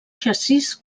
xassís